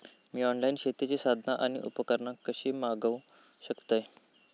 मी online शेतीची साधना आणि उपकरणा कशी मागव शकतय?